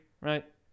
right